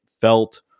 felt